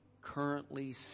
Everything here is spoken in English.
currently